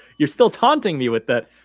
you're still taunting me with that.